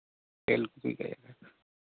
ᱛᱮᱞᱠᱩᱯᱤ ᱱᱟᱹᱭ ᱜᱷᱟᱴ